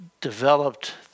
developed